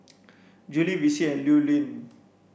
Julie Vicy and Llewellyn